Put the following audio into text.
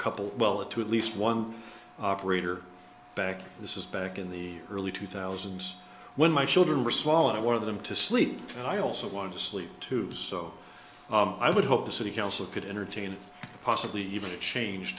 couple well it to at least one operator back this is back in the early two thousand when my children were small and one of them to sleep and i also wanted to sleep too so i would hope the city council could entertain possibly even change